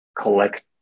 collect